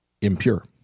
impure